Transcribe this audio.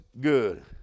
good